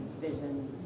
vision